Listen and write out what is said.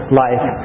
life